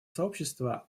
сообщества